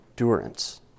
endurance